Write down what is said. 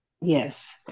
Yes